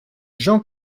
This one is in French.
jean